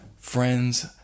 Friends